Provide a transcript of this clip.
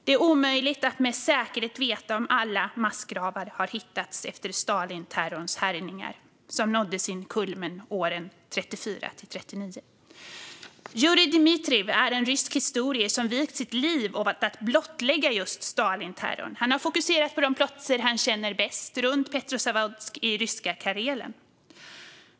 Det är omöjligt att med säkerhet veta om alla massgravar har hittats efter Stalinterrorns härjningar, som nådde sin kulmen år 1934-1939. Jurij Dmitrijev är en rysk historiker som vigt sitt liv åt att blottlägga just Stalinterrorn. Han har fokuserat på de platser han känner bäst runt Petrozavodsk i ryska Karelen.